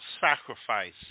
sacrifice